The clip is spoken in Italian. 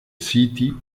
city